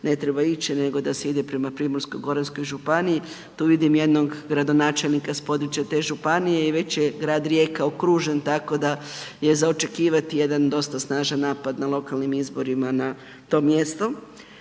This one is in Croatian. ne treba ići nego da se ide prema Primorsko-goranskoj županiji, tu vidim jednog gradonačelnika s područja te županije i već je grad Rijeka okružen, tako da je za očekivati jedan dosta snažan napada na lokalnim izborima na to mjesto